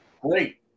Great